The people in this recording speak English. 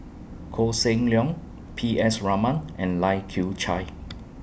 Koh Seng Leong P S Raman and Lai Kew Chai